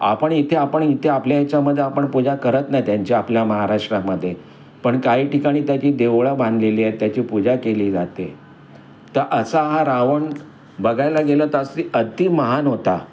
आपण इथे आपण इथे आपल्या ह्याच्यामध्ये आपण पूजा करत नाही त्यांच्या आपल्या महाराष्ट्रामध्ये पण काही ठिकाणी त्याची देवळं बांधलेली आहेत त्याची पूजा केली जाते तर असा हा रावण बघायला गेलं तर असी अति महान होता